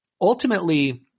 ultimately